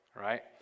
right